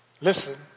listen